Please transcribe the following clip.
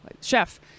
chef